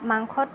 মাংসত